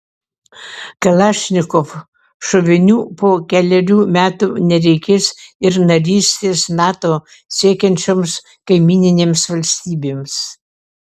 kalašnikov šovinių po kelerių metų nereikės ir narystės nato siekiančioms kaimyninėms valstybėms